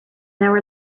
hour